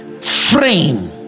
frame